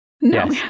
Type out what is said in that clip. No